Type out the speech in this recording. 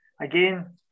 again